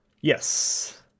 Yes